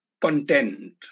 content